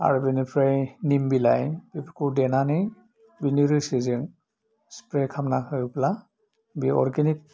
आरो बिनिफ्राइ निम बिलाइ बेफोरखौ देनानै बिनि रोसिजों स्प्रे खालामना होयोब्ला बे अर्गेनिक